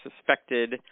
suspected